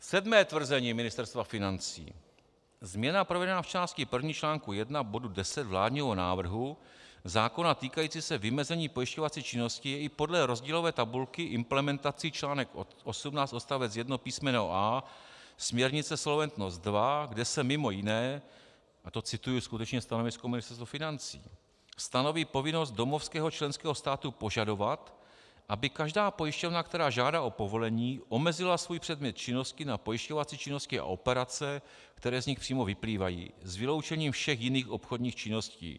Sedmé tvrzení Ministerstva financí: Změna provedená v části první článku 1 bodu 10 vládního návrhu zákona týkající se vymezení pojišťovací činnosti je i podle rozdílové tabulky implementací článek 18 odst. 1 písm. a) směrnice Solventnost II, kde se mimo jiné, a to cituji skutečně stanovisko Ministerstva financí, stanoví povinnost domovského členského státu požadovat, aby každá pojišťovna, která žádá o povolení, omezila svůj předmět činnosti na pojišťovací činnosti a operace, které z nich přímo vyplývají, s vyloučením všech jiných obchodních činností.